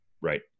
right